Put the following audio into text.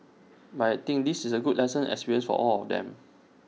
but I think this is A good lesson experience for all of them